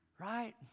right